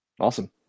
Awesome